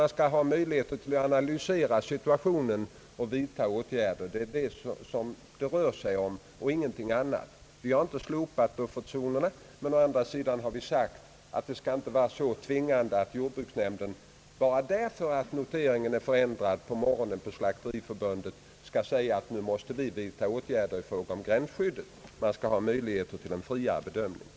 Man skall ha möjligheter att analysera situationen och vidta åtgärder därefter. Det är detta det rör sig om och ingenting annat. Vi har inte slopat buffertzonerna. Men å andra sidan har vi sagt, att dessa inte skall vara så tvingande att jordbruksnämnden bara därför att noteringen är förändrad genast på morgonen säger till Slakteriförbundet, att nu måste vi vidta åtgärder i fråga om gränsskyddet. Man skall ha möjligheter till en friare bedömning.